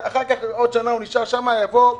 הוא נשאר שם עוד שנה,